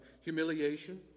humiliation